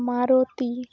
Maruti